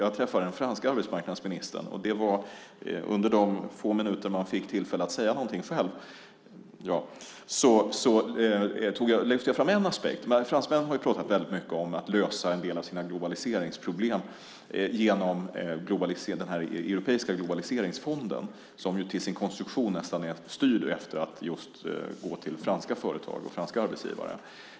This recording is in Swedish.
Jag träffade den franska arbetsmarknadsministern, och under de få minuter man fick tillfälle att säga någonting själv lyfte jag fram en aspekt. Fransmännen har ju pratat väldigt mycket om att lösa en del av sina globaliseringsproblem genom den här europeiska globaliseringsfonden, som till sin konstruktion nästan är styrd efter att det just ska gå till franska företag och franska arbetsgivare.